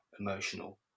emotional